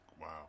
Wow